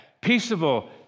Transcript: peaceable